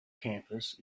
campus